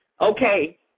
okay